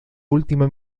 última